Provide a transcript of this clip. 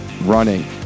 running